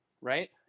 Right